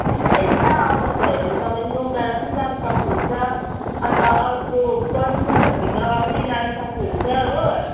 अन्त यता आउनु भयो भने तपाईँ नोक डाँडा पनि जानु सक्नु हुन्छ अन्त अर्को पन्बु भन्ने जगा पनि जानु सक्नु हुन्छ हो